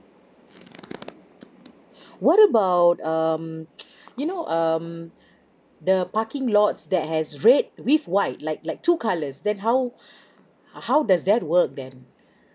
what about um you know um the parking lots that has red with white like like two colours then how uh how does that work then